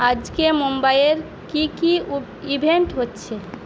আজকে মুম্বাইয়ের কী কী উপ ইভেন্ট হচ্ছে